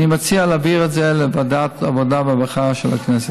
אני מציע להעביר את זה לוועדת העבודה והרווחה של הכנסת.